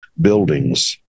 buildings